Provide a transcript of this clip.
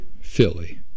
Philly